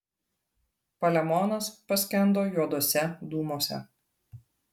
palemonas paskendo juoduose dūmuose